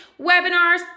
webinars